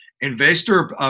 investor